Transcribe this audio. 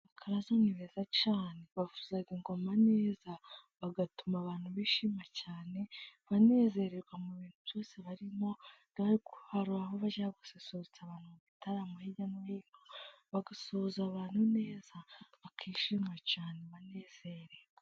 Abakaraza ni beza cyane, bavuza ingoma neza bagatuma abantu bishima cyane, banezererwa mu bintu byose barimo. Bajya gususurutsa abantu mu bitaramo hirya no hino, bagasuhuza abantu neza bakishima cyane banezerewe.